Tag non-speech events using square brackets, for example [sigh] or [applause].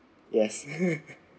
yes [laughs]